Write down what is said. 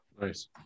Nice